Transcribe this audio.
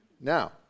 Now